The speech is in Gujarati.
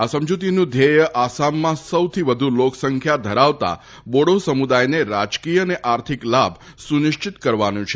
આ સમજ઼તીનું ધ્યેય આસામમાં સૌથી વધ્ર લોકસંખ્યા ધરાવતા બોડો સમુદાયને રાજકીય તથા આર્થિક લાભ સુનિશ્ચિત કરવાનું છે